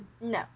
No